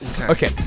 Okay